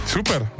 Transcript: Super